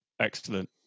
excellent